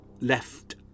left